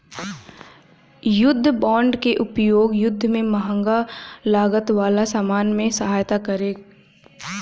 युद्ध बांड के उपयोग युद्ध में महंग लागत वाला सामान में सहायता करे